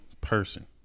person